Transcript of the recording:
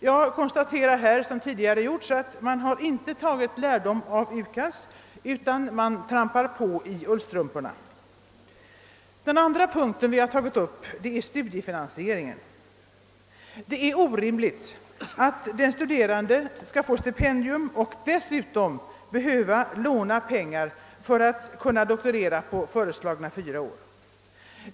Jag konstaterar liksom tidigare talare att man inte tagit lärdom av UKAS utan trampar på i ullstrumporna. Den andra punkten vi tagit upp gäller studiefinansieringen. Det är orimligt att den studerande skall få stipendium och dessutom behöva låna pengar för att doktorera inom de föreslagna fyra åren.